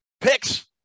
picks